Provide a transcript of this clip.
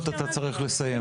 את יכולה להגיד אחרת.